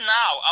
now